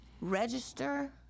register